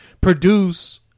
produce